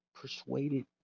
persuaded